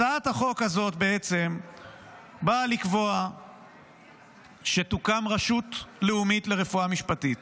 הצעת החוק הזאת בעצם באה לקבוע שתוקם רשות לאומית לרפואה משפטית,